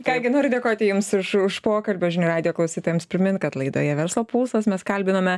ką gi noriu dėkoti jums už už pokalbį o žinių radijo klausytojams primint kad laidoje verslo pulsas mes kalbiname